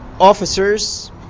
officers